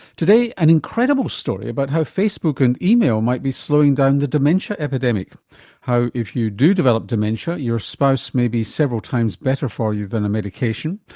today an incredible story about how facebook and email might be slowing down the dementia epidemic how if you do develop dementia, your spouse may be several times better for you than a medication,